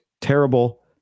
terrible